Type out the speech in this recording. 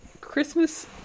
Christmas